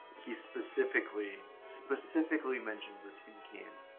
he specifically, specifically mentions a tin can